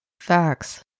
facts